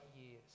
years